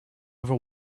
ever